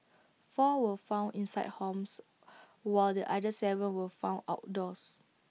four were found inside homes while the other Seven were found outdoors